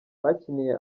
bakiniye